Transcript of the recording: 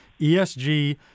ESG